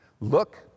look